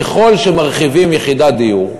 ככל שמרחיבים יחידת דיור,